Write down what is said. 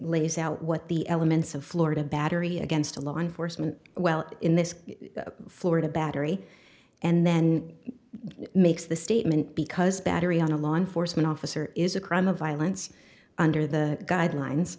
lays out what the elements of florida battery against a law enforcement well in this florida battery and then makes the statement because battery on a law enforcement officer is a crime of violence under the guidelines